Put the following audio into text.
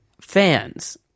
fans